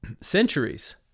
centuries